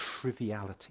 triviality